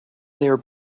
their